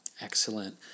Excellent